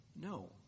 No